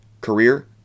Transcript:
career